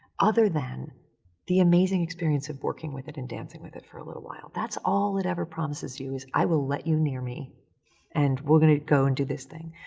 other than the amazing experience of working with it and dancing with it for a little while. that's all it ever promises you is i will let you near me and we're gonna go and do this thing.